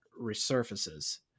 resurfaces